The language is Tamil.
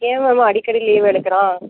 ஏன் மேம் அடிக்கடி லீவ் எடுக்கிறான்